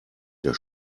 der